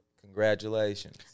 Congratulations